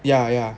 yeah yeah